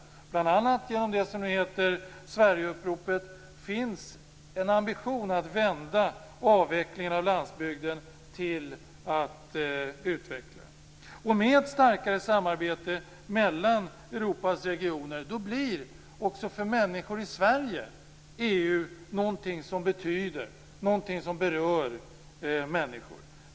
Genom bl.a. det som nu heter Sverigeuppropet finns en ambition att vända avvecklingen av landsbygden till en utveckling. Med ett starkare samarbete mellan Europas regioner blir EU någonting som har betydelse och berör också människor i Sverige. Fru talman!